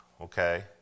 okay